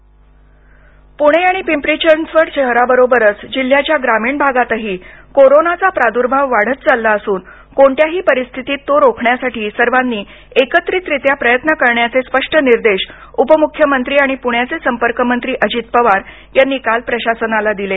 पवार पुणे आणि पिंपरी चिंचवड शहराबरोबरच जिल्ह्याच्या ग्रामीण भागातही कोरोनाचा प्रादुर्भाव वाढत चालला असून कोणत्याही परिस्थितीत तो रोखण्यासाठी सर्वांनी एकत्रितरीत्या प्रयत्न करण्याचे स्पष्ट निर्देश उपमुख्यमंत्री आणि पुण्याचे संपर्क मंत्री अजित पवार यांनी काल प्रशासनाला दिले